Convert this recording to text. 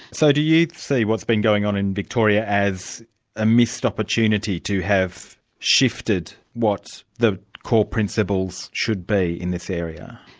so do you see what's been going on in victoria as a missed opportunity to have shifted what the core principles should be in this area?